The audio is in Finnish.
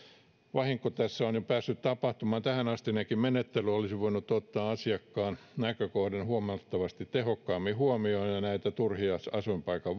vahinko tässä on jo päässyt tapahtumaan tähänastinenkin menettely olisi voinut ottaa asiakkaan näkökohdan huomattavasti tehokkaammin huomioon ja nämä turhat asuinpaikan